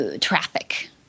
Traffic